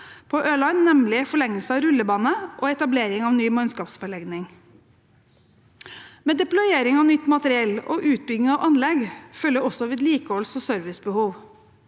og beredskapsdepartementet se av rullebane og etablering av ny mannskapsforlegning. Med deployering og nytt materiell og utbygging av anlegg følger også vedlikeholds- og servicebehov.